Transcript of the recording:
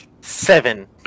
Seven